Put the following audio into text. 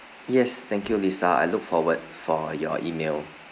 yes thank you lisa I look forward for your email